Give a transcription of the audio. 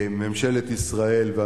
רק הממשלה הזאת יכלה להעביר את החוק.